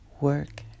work